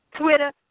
Twitter